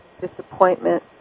disappointment